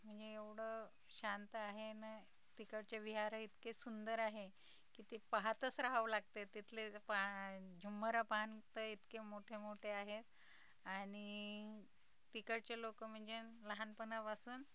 म्हणजे एवढं शांत आहे न तिकडचे विहार इतके सुंदर आहे की ते पाहातच राहावं लागते तिथले पा झुंबर पाहून तर इतके मोठे मोठे आहेत आणि तिकडचे लोक म्हणजे लहानपणापासून